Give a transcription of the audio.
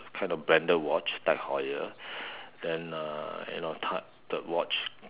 kind of branded watch Tag-Heuser then uh you know time the watch